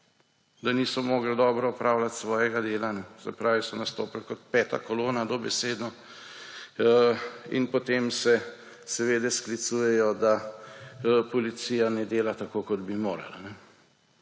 da niso mogli dobro opravljati svojega dela. Se pravi, so dobesedno nastopili kot peta kolona, in potem se seveda sklicujejo, da policija ne dela tako, kot bi morala.